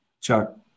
Chuck